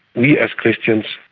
we, as christians,